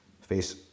face